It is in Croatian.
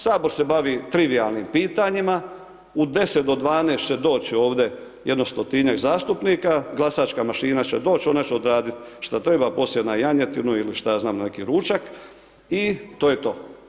Sabor se bavi trivijalnim pitanjima, u 10 do 12 će doći ovdje jedno 100-njak zastupnika, glasačka mašina će doći, ona će odraditi što treba, poslije na janjetinu ili što ja znam na neki ručak i to je to.